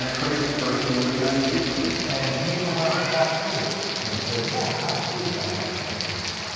ah crazy person with a gun shoots them. and he even went on fox news and said yeah, absolutely, i meant gun control.